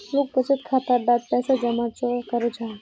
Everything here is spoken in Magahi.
लोग बचत खाता डात पैसा जमा चाँ करो जाहा?